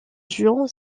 juan